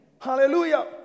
Hallelujah